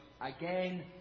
again